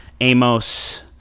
Amos